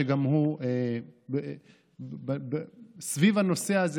שגם הוא סביב הנושא הזה,